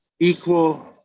equal